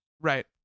Right